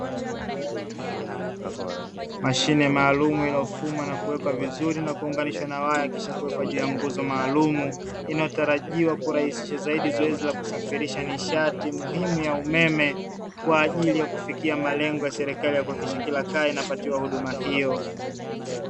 Mashine maalumu, iliyofungwa na kuwekwa vizuri na kuunganishwa na waya kisha kuwekwa juu ya nguzo maalumu, inayotarajiwa kurahisisha zaidi zoezi la kusafirisha nishati muhimu ya umeme, kwa ajili ya kufikia malengo ya serikali ya kuhakikisha kila kaya inapatiwa huduma hiyo.